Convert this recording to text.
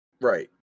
Right